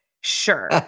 sure